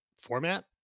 format